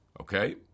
okay